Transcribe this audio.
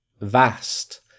vast